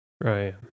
Right